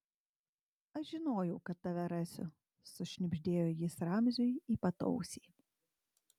aš žinojau kad tave rasiu sušnibždėjo jis ramziui į pat ausį